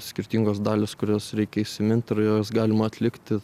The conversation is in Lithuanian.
skirtingos dalys kurias reikia įsimint ir jas galima atlikti